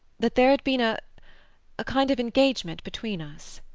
that there had been a a kind of engagement between us.